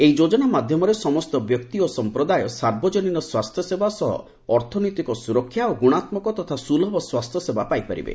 ଏହି ଯୋଜନା ମାଧ୍ୟମରେ ସମସ୍ତ ବ୍ୟକ୍ତି ଓ ସମ୍ପ୍ରଦାୟ ସାର୍ବଜନୀନ ସ୍ୱାସ୍ଥ୍ୟସେବା ସହ ଅର୍ଥନୈତିକ ସୁରକ୍ଷା ଏବଂ ଗୁଣାତ୍ମକ ତଥା ସ୍କୁଲଭ ସ୍ୱାସ୍ଥ୍ୟସେବା ପାଇପାରିବେ